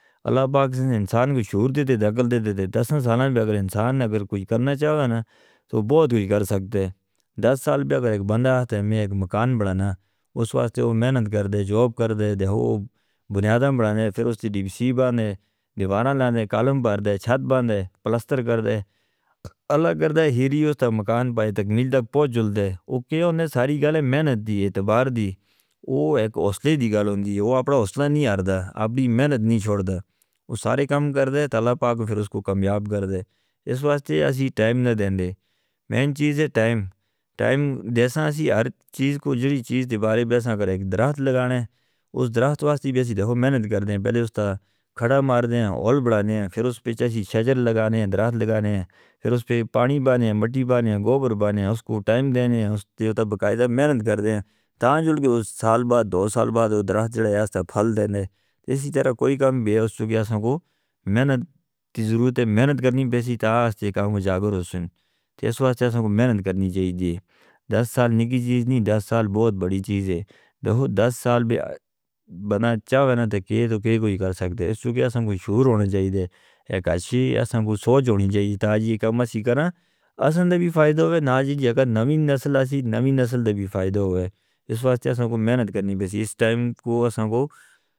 اللہ پاک زین انسان کو شعور دے دے عقل دے دے۔ دس سال پر اگر انسان اگر کوئی کرنا چاہے نا تو بہت کوئی کر سکتے ہیں۔ دس سال پر اگر ایک بندہ آتے میں ایک مکان بنانا اس واسطے وہ محنت کرتے، جوب کرتے، دیوہ بنیادیں بناتے، پھر اس کی ڈیوی سی بانتے، دیواراں لاتے، کالم بھر دیتے، چھت بانتے، پلاسٹر کرتے، اللہ کرتے ہیرے، اس تا مکان پائے تکمیل تک پہنچ جاتے۔ وہ کہونے ساری گالیں محنت دی اعتبار دی، وہ ایک حوصلے دی گال ہوندی ہے۔ وہ اپنا حوصلہ نہیں ہردا، اپنی محنت نہیں چھوڑتا، وہ سارے کام کرتے ہیں، اتا اللہ پاک پھر اس کو کامیاب کرتے ہیں۔ اس واسطے ہم ٹائم نہ دیتے ہیں، مین چیز ہے ٹائم۔ ٹائم جیسا ہم ساری چیز کو جوڑی چیز دی بارے بیٹھیں۔ درخت لگانا ہے، اس درخت واسطے بھی بسید ہو محنت کرتے ہیں۔ پہلے اس تا کھڑا ماردیں، اول بڑھاتے ہیں، پھر اس پہ چاہی شجر لگاتے ہیں، درخت لگاتے ہیں، پھر اس پہ پانی بانتے ہیں، مٹی بانتے ہیں، گوبر بانتے ہیں۔ اس کو ٹائم دیتے ہیں، اس کے اوپر بقایدہ محنت کرتے ہیں، تاں جڑ کے اس سال بعد دو سال بعد وہ درخت جڑ آیا سا پھل دیتے ہیں۔ اسی طرح کوئی کام بےوس ہو گیا سن کو محنت دی ضرورت ہے۔ محنت کرنی بھی سی، تاں آج تے کام جاغر ہو سن۔ اس واسطے سن کو محنت کرنی جائی دی۔ دس سال نکی چیز نہیں، دس سال بہت بڑی چیز ہے۔ دس سال بھی بنا چاہوینا، تاں کہے تو کہے کوئی کر سکتے ہیں۔ اس کو بھی ہم کو شعور ہونے جائی دی، ایک اچھی ہم کو سوچ ہونے جائی دی، تاں آج یہ کام ہم نے سی کرنا سن، دے بھی فائدہ ہوئے نا جی جگہ نوی نسل کی نوی نسل دے بھی فائدہ ہوئے۔ اس واسطے سن کو محنت کرنی بھی سی، اس ٹائم کو سن کو.